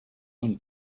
one